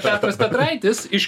petras petraitis iš